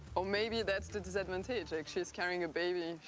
or maybe that's the disadvantage, she's carrying a baby,